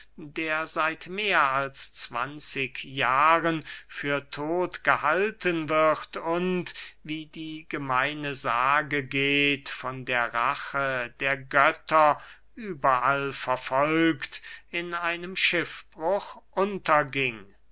der seit mehr als zwanzig jahren für todt gehalten wird und wie die gemeine sage geht von der rache der götter überall verfolgt in einem schiffbruch unterging